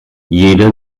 jeder